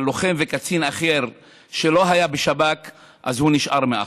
אבל לוחם וקצין אחר שלא היה בשב"כ נשאר מאחור.